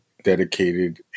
dedicated